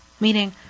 meaning